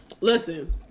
listen